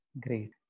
Great